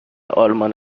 آلمان